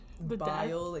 bile